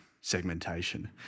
segmentation